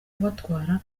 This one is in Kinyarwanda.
kubatwara